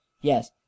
Yes